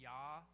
Yah